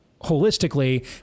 holistically